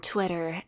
Twitter